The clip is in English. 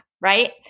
right